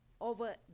over